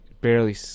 barely